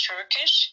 Turkish